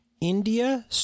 india